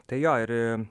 tai jo ir